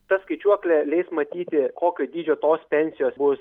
ta skaičiuoklė leis matyti kokio dydžio tos pensijos bus